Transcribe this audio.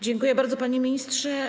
Dziękuję bardzo, panie ministrze.